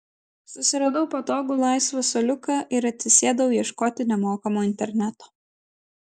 susiradau patogų laisvą suoliuką ir atsisėdau ieškoti nemokamo interneto